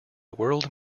world